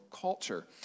culture